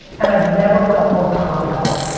and i've never felt more calm about it.